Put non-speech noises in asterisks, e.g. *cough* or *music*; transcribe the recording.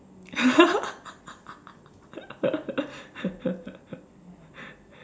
*laughs*